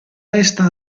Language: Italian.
resta